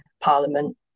Parliament